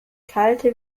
kalte